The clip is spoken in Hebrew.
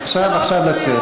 עכשיו, עכשיו לצאת.